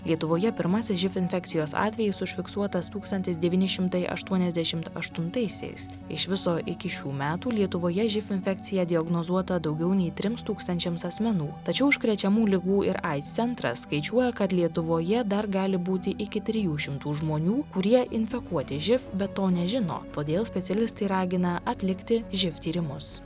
lietuvoje pirmasis živ infekcijos atvejis užfiksuotas tūkstantis devyni šimtai aštuoniasdešimt aštuntaisiais iš viso iki šių metų lietuvoje živ infekcija diagnozuota daugiau nei trims tūkstančiams asmenų tačiau užkrečiamų ligų ir aids centras skaičiuoja kad lietuvoje dar gali būti iki trijų šimtų žmonių kurie infekuoti živ bet to nežino todėl specialistai ragina atlikti živ tyrimus